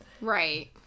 right